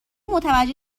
متوجه